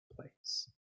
place